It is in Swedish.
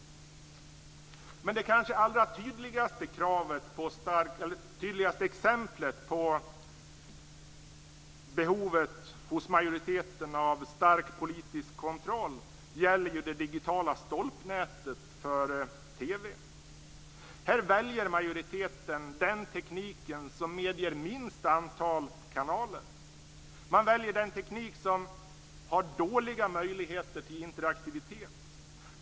Men det kanske allra tydligaste exemplet på behovet hos majoriteten av stark politisk kontroll gäller ju det digitala stolpnätet för TV. Här väljer majoriteten den teknik som medger minst antal kanaler. Man väljer den teknik som har dåliga möjligheter till interaktivitet.